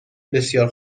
بسیار